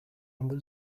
under